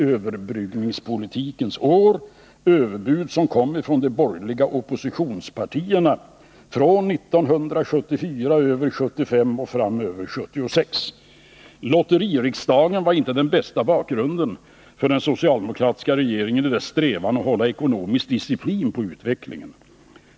överbryggningspolitikens år — överbud som kom från de borgerliga oppositionspartierna från 1974 över 1975 och fram över 1976. Lotteririksdagen var inte den bästa bakgrunden för den socialdemokratiska regeringen i dess strävan efter ekonomisk disciplin på utvecklingen.